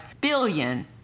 billion